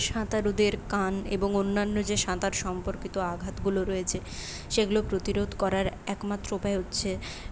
সাঁতারুদের কান এবং অন্যান্য যে সাঁতার সম্পর্কিত আঘাতগুলো রয়েছে সেগুলো প্রতিরোধ করার একমাত্র উপায় হচ্ছে